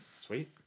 Sweet